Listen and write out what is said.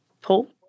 Paul